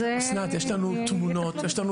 אז יטפלו בזה.